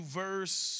verse